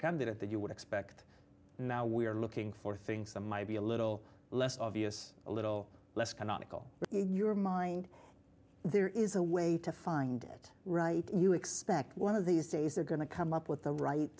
candidate that you would expect now we are looking for things that might be a little less obvious a little less canonical your mind there is a way to find it right you expect one of these days they're going to come up with the right